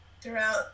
throughout